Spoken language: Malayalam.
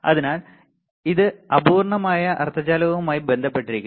അതിനാൽ ഇത് അപൂർണ്ണമായ അർദ്ധചാലകവുമായി ബന്ധപ്പെട്ടിരിക്കുന്നു